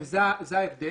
זה ההבדל.